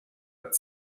but